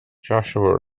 joshua